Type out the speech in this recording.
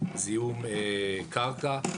זיהום קרקע.